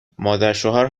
مادرشوهر